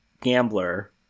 gambler